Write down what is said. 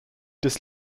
des